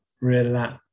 relax